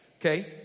Okay